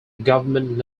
government